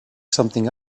something